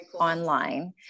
online